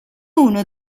uno